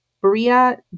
Bria